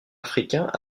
africains